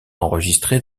enregistrée